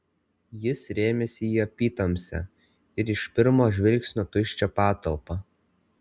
jis rėmėsi į apytamsę ir iš pirmo žvilgsnio tuščią patalpą